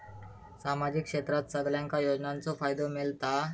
सामाजिक क्षेत्रात सगल्यांका योजनाचो फायदो मेलता?